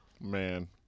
man